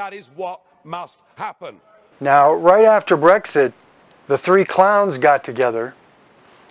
that is moused happen now right after breck's it the three clowns got together